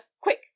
Quick